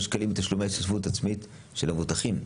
שקלים בתשלומי ההשתתפות העצמית של המבוטחים,